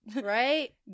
Right